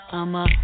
I'ma